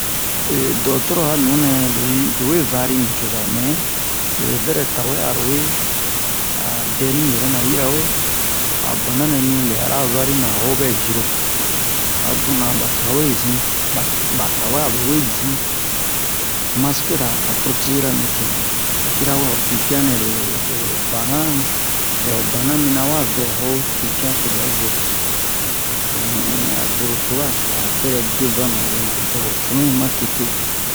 do'otoro a nunɛ lo yi lo we vari nucoza mɛ lo bɛrɛ tawe aro we a dɛ mi yɛrɛna yirawe a ho bana nɛ mi lɛ a vari na a ho bɛ jiro a buna ba tu'an we zin ba ba tawɛ aba we zin maskira a protezera mi tena yirawe a ho pipian nɛ lo lo bana lɛ ho bana mi na a wa vɛ a ho pipian so bɛ zo lo mu'in a zoro sura a bɛrɛ de vanu lobe na to ho cunu mi ma tete